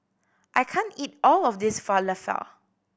I can't eat all of this Falafel